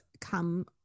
come